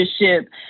leadership